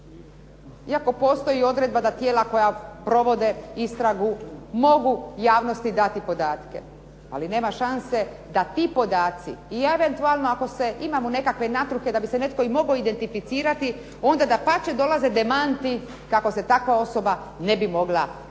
iako postoji odredba da tijela koja provode istragu mogu javnosti dati podatke. Ali nema šanse da ti podaci i eventualno ako i imamo nekakve natruke da bi se netko i mogao identificirati onda dapače dolaze demanti kako se takva osoba ne bi mogla prepoznati